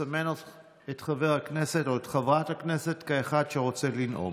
מסמנת את חבר הכנסת או את חברת הכנסת כאחד שרוצה לנאום.